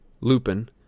Lupin